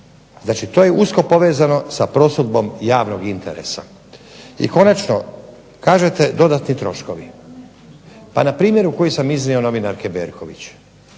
Znači to je usko povezano za prosudbom javnog interesa. I konačno, kažete dodatni troškovi. Pa na primjeru koji sam iznio novinarke Berković